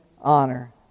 honor